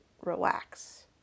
relax